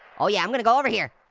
oh yeah, i'm gonna go over here.